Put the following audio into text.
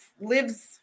lives